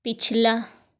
پچھلا